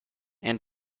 and